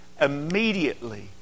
immediately